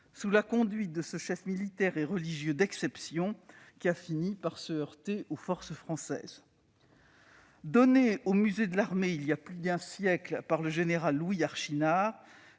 sous la conduite de ce chef militaire et religieux d'exception, qui a fini par se heurter aux forces françaises. Données au musée de l'Armée il y a plus d'un siècle par le général Louis Archinard,